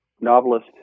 novelist